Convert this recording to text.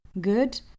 good